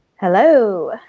hello